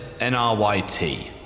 NRYT